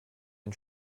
ein